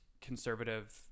conservative